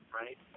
right